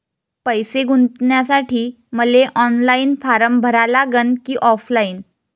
पैसे गुंतन्यासाठी मले ऑनलाईन फारम भरा लागन की ऑफलाईन?